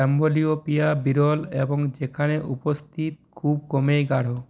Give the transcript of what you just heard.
amblyopia বিরল এবং যেখানে উপস্থিত খুব কমই গাঢ়